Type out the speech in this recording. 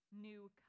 new